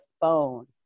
phone